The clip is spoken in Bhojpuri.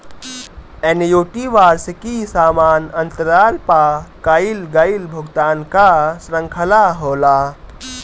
एन्युटी वार्षिकी समान अंतराल पअ कईल गईल भुगतान कअ श्रृंखला होला